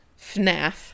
FNAF